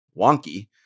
wonky